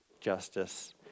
justice